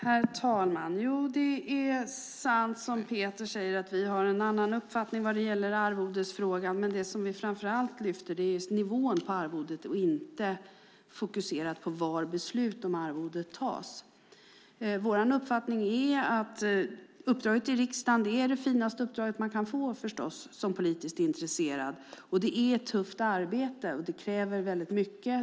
Herr talman! Det är sant som Peter säger att vi har en annan uppfattning när det gäller arvodesfrågan, men det vi framför allt lyfter upp är nivån på arvodet. Vi fokuserar inte på var beslut om arvodet tas. Vår uppfattning är att uppdraget i riksdagen förstås är det finaste uppdrag man kan få som politiskt intresserad. Det är ett tufft arbete, och det kräver väldigt mycket.